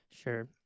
Sure